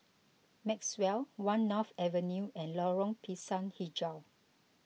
Maxwell one North Avenue and Lorong Pisang HiJau